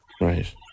Right